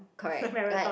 correct like